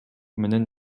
менен